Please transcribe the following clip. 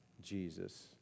Jesus